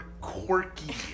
quirky